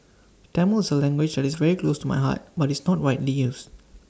Tamil is A language that is very close to my heart but it's not widely used